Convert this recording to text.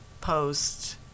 post